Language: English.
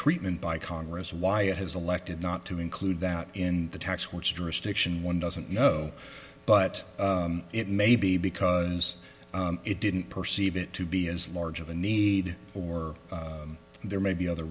treatment by congress why it has elected not to include that in the tax which jurisdiction one doesn't know but it may be because it didn't perceive it to be as large of a need or there may be other